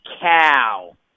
cow